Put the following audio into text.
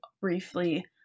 briefly